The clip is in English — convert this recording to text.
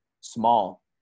small